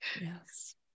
Yes